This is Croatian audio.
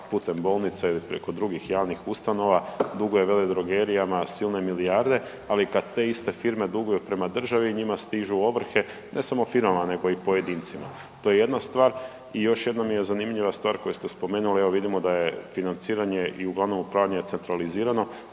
putem bolnica ili preko drugih javnih ustanova duguje veledrogerijama silne milijarde, ali kad te iste firme duguju prema državi njima stižu ovrhe, ne samo firmama nego i pojedincima. To je jedna stvar. I još jedna mi je zanimljiva stvar koju ste spomenuli. Evo vidimo da je financiranje i uglavnom upravljanje centralizirano,